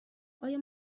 آیا